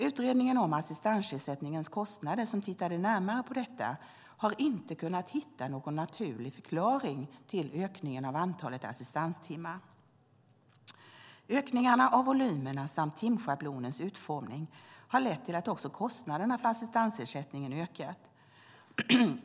Utredningen om assistansersättningens kostnader, som tittade närmare på detta, har inte kunnat hitta någon naturlig förklaring till ökningen av antalet assistanstimmar. Ökningarna av volymerna samt timschablonens utformning har lett till att också kostnaderna för assistansersättningen har ökat.